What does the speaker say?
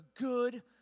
good